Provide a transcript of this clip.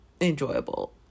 enjoyable